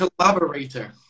Collaborator